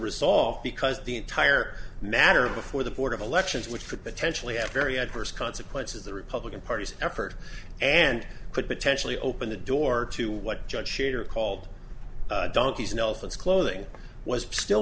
resolve because the entire matter before the board of elections which could potentially have very adverse consequences the republican party's effort and could potentially open the door to what judge shater called donkeys and elephants clothing was still